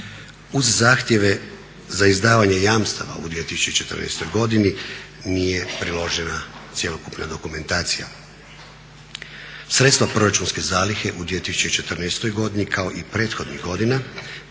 Uz zahtjeve za izdavanje jamstava u 2014. godini nije priložena cjelokupna dokumentacija. Sredstva proračunske zalihe u 2014. godini kao i prethodnih godina